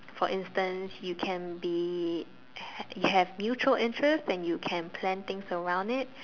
for instance you can be have mutual interests and can plan things around it